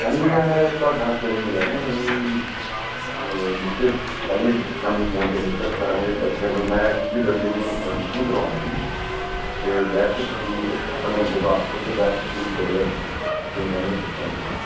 madam ji ਮੈਂ ਤੁਹਾਡੇ ਨਾਲ ਸਵੇਰੇ ਮਿਲਿਆ ਸੀ ਤੁਸੀਂ ਡਿਸਕਸ ਕਰਨਾ ਸੀ ਸ਼ਾਮੀ ਫੋਨ 'ਤੇ ਡਿਸਕਸ ਕਰਾਂਗੇ ਬੱਚਿਆ ਦੀ ਮੈਂ ਐਕਚੁਲੀ ਬੱਚੇ ਨੂੰ ਅਡਮਿਸ਼ਨ ਕਰਵਾਉਣਾ ਸੀ ਅਤੇ ਬੈਸਟ ਸਕੂਲ ਆਪਣੇ ਗੁਰਦਾਸਪੁਰ 'ਚ ਬੈਸਟ ਸਕੂਲ ਕਿਹੜੇ ਹੈਗੇ ਹੈ ਤੁਸੀਂ ਕਹਿੰਦੇ ਸੀ ਦੱਸੋਂਗੇ ਸ਼ਾਮ ਨੂੰ